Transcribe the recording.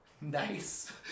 nice